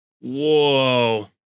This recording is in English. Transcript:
Whoa